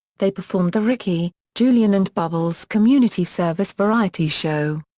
they performed the ricky, julian and bubbles community service variety show.